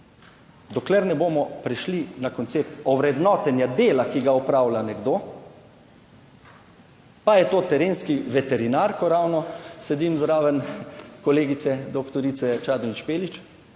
dokler ne bomo prešli na koncept ovrednotenja dela, ki ga opravlja nekdo, pa je to terenski veterinar, ko ravno sedim zraven kolegice doktorice Čadonič Špelič,